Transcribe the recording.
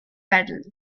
pedals